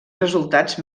resultats